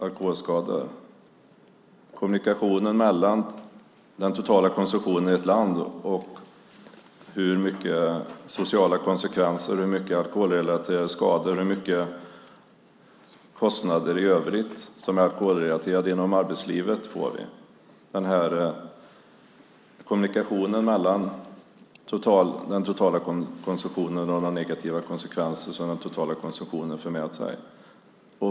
Det är fråga om kommunikationen mellan den totala konsumtionen i ett land och hur mycket sociala konsekvenser det blir samt hur många alkoholrelaterade skador och kostnader i övrigt i arbetslivet som är alkoholrelaterade. Det är fråga om kommunikationen mellan den totala konsumtionen och de negativa konsekvenser som den totala konsumtionen för med sig.